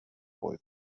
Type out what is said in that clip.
boy